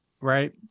right